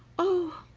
oh!